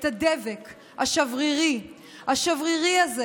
את הדבק השברירי, השברירי הזה,